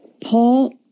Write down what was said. Paul